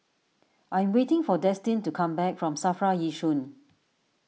I am waiting for Destin to come back from Safra Yishun